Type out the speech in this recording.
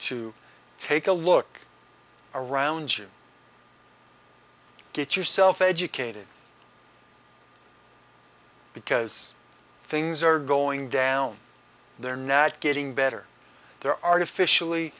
to take a look around you get yourself educated because things are going down there nad getting better there artificially